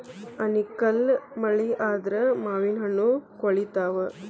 ಆನಿಕಲ್ಲ್ ಮಳಿ ಆದ್ರ ಮಾವಿನಹಣ್ಣು ಕ್ವಳಿತಾವ